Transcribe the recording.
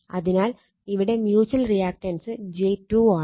അതിനാൽ ഇവിടെ mutual reactance j 2 ആണ്